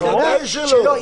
ודאי שלא.